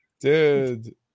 dude